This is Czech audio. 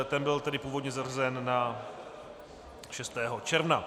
Ten byl tedy původně zařazen na 6. června.